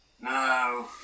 no